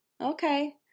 Okay